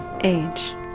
Age